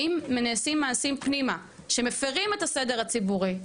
ואם נעשים מעשים פנימה שמפירים את הסדר הציבורי,